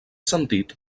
sentit